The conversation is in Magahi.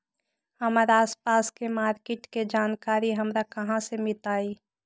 हमर आसपास के मार्किट के जानकारी हमरा कहाँ से मिताई?